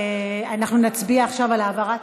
אנחנו נצביע עכשיו על העברה.